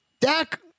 Dak